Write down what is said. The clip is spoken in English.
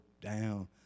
down